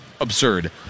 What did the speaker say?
absurd